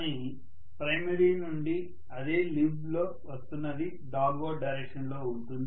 కానీ ప్రైమరీ నుండి అదే లింబ్ లో వస్తున్నది డౌన్ వర్డ్ డైరెక్షన్ లో ఉంటుంది